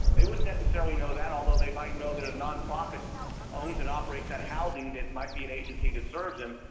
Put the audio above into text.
they wouldn't necessarily know that. although they might know that a nonprofit owns and operates that housing that might be an agency that serves them.